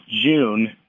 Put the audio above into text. June